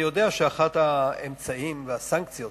אני יודע שאחד האמצעים והסנקציות